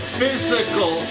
physical